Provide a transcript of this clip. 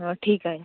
हा ठीक आहे